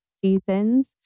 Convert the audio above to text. seasons